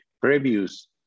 previous